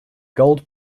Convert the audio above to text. gold